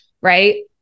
Right